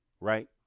Right